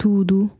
Tudo